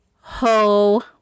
Ho-